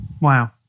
Wow